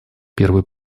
первый